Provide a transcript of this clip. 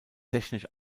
technisch